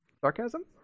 sarcasm